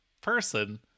person